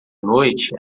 noite